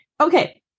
okay